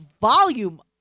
volume